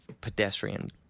pedestrian